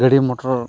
ᱜᱟᱹᱰᱤ ᱢᱚᱴᱚᱨ